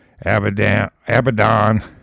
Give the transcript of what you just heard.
Abaddon